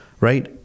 right